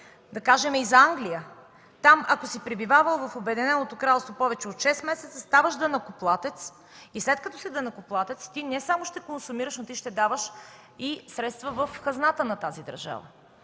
Да кажем и за Англия – ако си пребивавал в Обединеното кралство повече от 6 месеца, ставаш данъкоплатец и след като си данъкоплатец не само ще консумираш, но и ще даваш средства в хазната на тази държава.